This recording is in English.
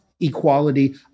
equality